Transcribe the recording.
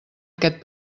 aquest